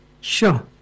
Sure